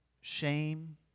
shame